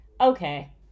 okay